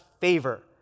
favor